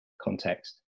context